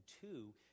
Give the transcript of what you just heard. two